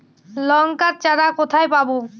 লঙ্কার চারা কোথায় পাবো?